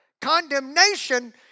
Condemnation